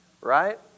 right